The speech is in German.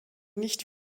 nicht